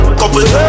couple